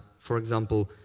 for example,